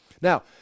Now